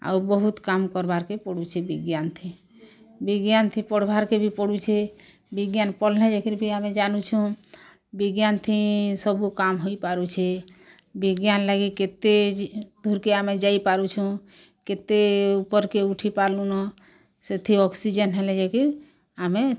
ଆଉ ବହୁତ କାମ୍ କାରବାର୍ କେ ପଡୁଛେ ବିଜ୍ଞାନ୍ ଥି ବିଜ୍ଞାନ୍ ଥି ପଢ଼୍ବାର୍ କେ ବି ପଡୁଛେ ବିଜ୍ଞାନ୍ ପଢ଼ିଲେ ଯାଇକିରି ବି ଆମେ ଜାନୁଛୁ ବିଜ୍ଞାନ୍ ଥି ସବୁ କାମ୍ ହୋଇ ପାରୁଛି ବିଜ୍ଞାନ୍ ଲାଗି କେତେ ଦୂର କେ ଆମେ ଯାଇ ପାରୁଛୁ କେତେ ଉପର୍ କେ ଉଠି ପାରଲୁନ ସେଥି ଅକ୍ସିଜେନ୍ ହେଲେ ଯାଇକି ଆମେ